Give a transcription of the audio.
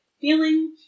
feeling